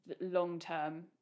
long-term